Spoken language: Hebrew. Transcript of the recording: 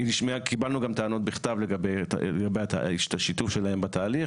קיבלנו גם טענות בכתב לגבי השיתוף שלהם בתהליך.